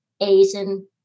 asian